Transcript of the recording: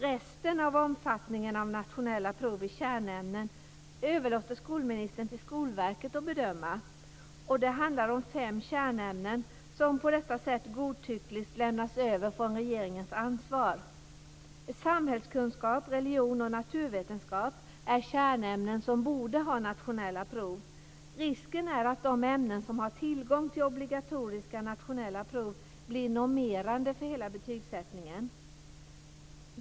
Resten av omfattningen av nationella prov i kärnämnen överlåter skolministern till Skolverket att bedöma. Det handlar om fem kärnämnen som på detta sätt godtyckligt lämnas över från regeringens ansvar. Samhällskunskap, religion och naturvetenskap är kärnämnen som borde ha nationella prov. Risken är att de ämnen som har tillgång till obligatoriska nationella prov blir normerande för hela betygssättningen.